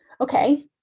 Okay